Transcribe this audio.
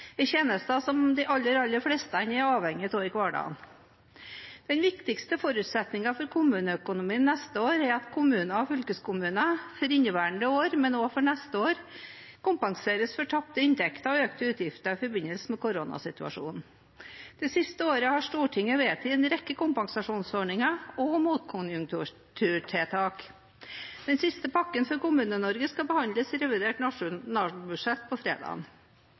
er tjenester som de aller, aller fleste er avhengige av i hverdagen. Den viktigste forutsetningen for kommuneøkonomien neste år er at kommuner og fylkeskommuner for inneværende år, men også neste år, kompenseres for tapte inntekter og økte utgifter i forbindelse med koronasituasjonen. Det siste året har Stortinget vedtatt en rekke kompensasjonsordninger og motkonjunkturtiltak. Den siste pakken for Kommune-Norge skal behandles i revidert nasjonalbudsjett på